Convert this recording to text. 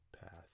path